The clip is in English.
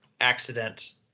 accident